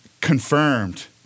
confirmed